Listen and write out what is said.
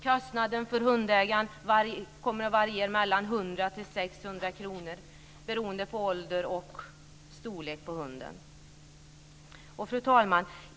Kostnaden för hundägaren kommer att variera mellan Fru talman!